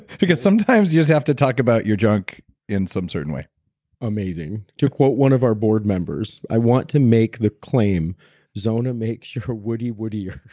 because sometimes you just have to talk about your junk in some certain way amazing. to quote one of our board members, i want to make the claim zona makes your woody woodier.